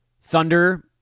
Thunder